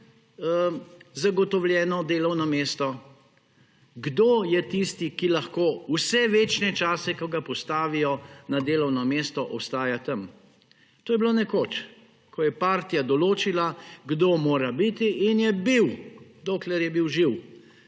zagotovljeno delovno mesto. Kdo je tisti, ki lahko vse večne čase, ko ga postavijo na delovno mesto, ostaja tam? To je bilo nekoč, ko je partija določila, kdo mora biti in je bil, dokler je bil živ.